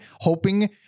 hoping